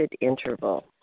interval